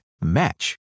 match